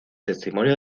testimonio